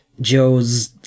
Joe's